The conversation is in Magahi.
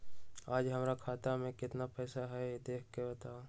आज हमरा खाता में केतना पैसा हई देख के बताउ?